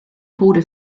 tode